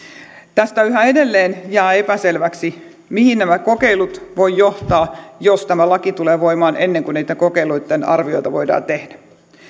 tässä yhä edelleen jää epäselväksi mihin nämä kokeilut voivat johtaa jos tämä laki tulee voimaan ennen kuin niitten kokeiluitten arvioita voidaan tehdä